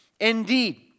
Indeed